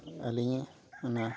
ᱟᱹᱞᱤᱧᱟᱜ ᱚᱱᱟ